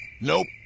Nope